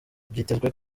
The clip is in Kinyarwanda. byitezwe